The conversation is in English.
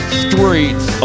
streets